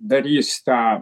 darys tą